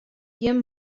gjin